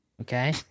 Okay